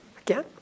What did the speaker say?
again